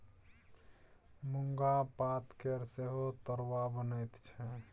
मुनगा पातकेर सेहो तरुआ बनैत छै